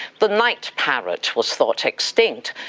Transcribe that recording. but night parrot was thought extinct.